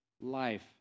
Life